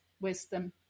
wisdom